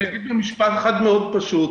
אגיד משפט אחד פשוט